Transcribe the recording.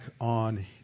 on